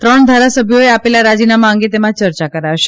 ત્રણ ધારાસભ્યોએ આપેલા રાજીનામા અંગે તેમાં યર્યા કરશે